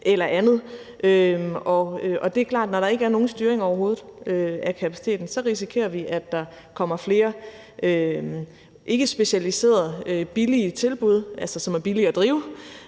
eller andet. Og det er klart, at når der ikke er nogen styring overhovedet af kapaciteten, risikerer vi, at der kommer flere ikkespecialiserede billige tilbud, altså som er billige at drive,